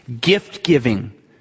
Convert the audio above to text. gift-giving